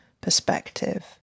perspective